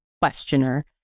questioner